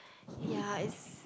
ya it's